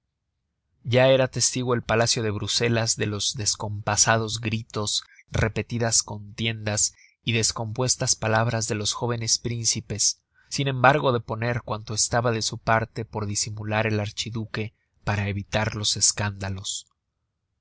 ya era testigo el palacio de bruselas de los descompasados gritos repetidas contiendas y descompuestas palabras de los jóvenes príncipes sin embargo de poner cuanto estaba de su parte por disimular el archiduque para evitar los escándalos